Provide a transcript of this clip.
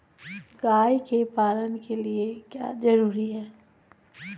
गाय के पालन के लिए क्या जरूरी है?